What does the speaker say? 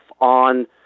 on